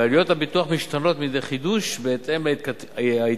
ועלויות הביטוח משתנות מדי חידוש בהתאם להתעדכנות